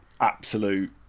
absolute